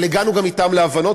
אבל הגענו גם אתם להבנות,